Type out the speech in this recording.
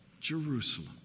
Jerusalem